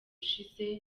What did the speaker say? ushize